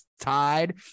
tied